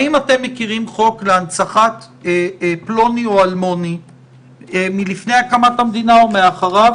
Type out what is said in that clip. האם אתם מכירים חוק להנצחת פלוני או אלמוני מלפני הקמת המדינה או אחריה,